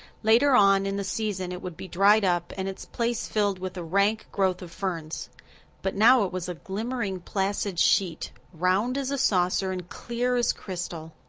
later on in the season it would be dried up and its place filled with a rank growth of ferns but now it was a glimmering placid sheet, round as a saucer and clear as crystal.